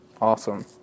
awesome